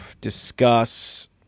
Discuss